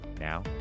Now